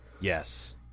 Yes